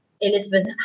Elizabeth